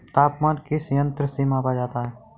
तापमान किस यंत्र से मापा जाता है?